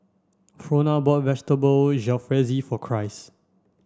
Frona bought Vegetable Jalfrezi for Christ